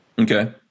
Okay